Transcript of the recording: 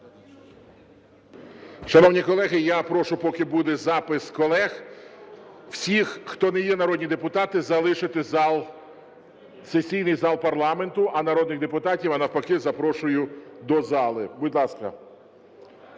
Шановні колеги, я прошу, поки буде запис колег, всіх, хто не є народні депутати, залишити зал, сесійний зал парламенту, а народних депутатів, навпаки, запрошую до зали. Будь ласка.